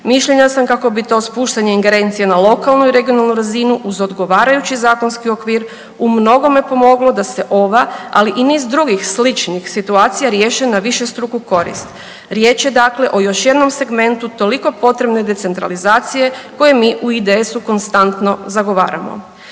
Mišljenja sam kako bi to spuštanje ingerencije na lokalnu i regionalnu razinu uz odgovarajući zakonski okvir u mnogome pomoglo da se ova, ali i niz drugih sličnih situacija riješe na višestruku korist. Riječ je dakle o još jednom segmentu toliko potrebne decentralizacije koji mi u IDS-u konstantno zagovaramo.